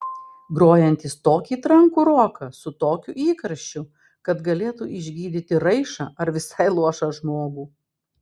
grojantys tokį trankų roką su tokiu įkarščiu kad galėtų išgydyti raišą ar visai luošą žmogų